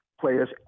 players